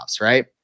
right